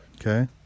Okay